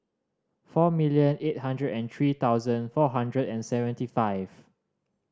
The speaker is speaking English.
four million eight hundred and three thousand four hundred and seventy five